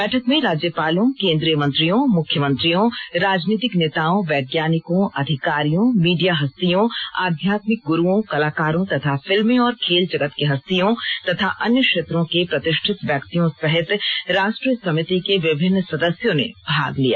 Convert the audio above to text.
बैठक में राज्यपालों केंद्रीयमंत्रियों मुख्यमंत्रियों राजनीतिक नेताओं वैज्ञानिकों अधिकारियों मीडिया हस्तियों आध्यात्मिक गुरूओं कलाकारों तथा फिल्मी और खेलजगत की हस्तियों तथा अन्य क्षेत्रों के प्रतिष्ठित व्यक्तियों सहित राष्ट्रीय समिति के विभिन्न सदस्यों ने भाग लिया